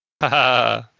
Haha